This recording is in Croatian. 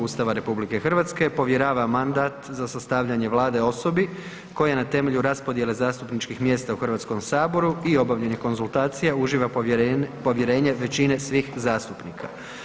Ustava RH povjerava mandat za sastavljanje Vlade osobi koja je temelju raspodjele zastupničkih mjesta u HS-u i obavljanje konzultacija uživa povjerenje većine svih zastupnika.